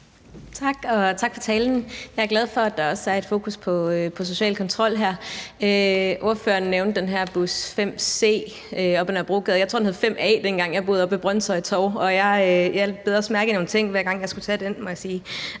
tak for talen. Jeg er glad for, at der også er et fokus på social kontrol her. Ordføreren nævnte den her bus 5C, der kører ad Nørrebrogade. Jeg tror, at den hed 5A, dengang jeg boede oppe ved Brønshøj Torv. Jeg bed også mærke i nogle ting, hver gang jeg skulle tage den, må jeg sige.